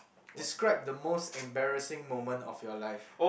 describe the most embarrassing moment of your life